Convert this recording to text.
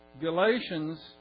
Galatians